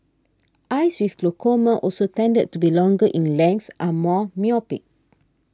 eyes with glaucoma also tended to be longer in length are more myopic